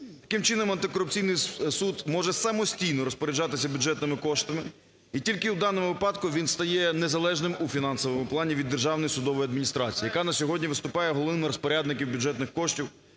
Таким чином антикорупційний суд може самостійно розпоряджатися бюджетними коштами, і тільки в даному випадку він стає незалежним у фінансовому плані від Державної судової адміністрації, яка на сьогодні виступає головним розпорядником бюджетних коштів